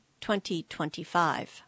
2025